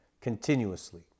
continuously